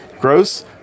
Gross